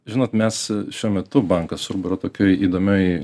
žinot mes šiuo metu bankas urbo yra tokioj įdomioj